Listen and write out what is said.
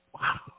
Wow